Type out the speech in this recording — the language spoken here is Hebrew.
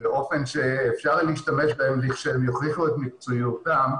באופן שאפשר להשתמש בהם כשהם יוכיחו את מקצועיותם,